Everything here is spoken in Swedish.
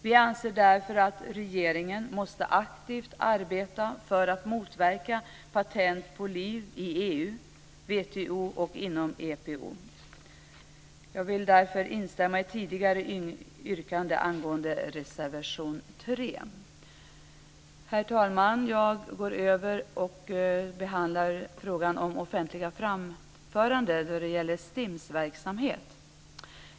Vi anser därför att regeringen måste aktivt arbeta för att motverka patent på liv i EU, i WTO och inom EPO. Jag vill därför instämma i tidigare yrkande angående reservation 3. Herr talman! Jag går över till att behandla frågan om offentliga framföranden och STIM:s verksamhet.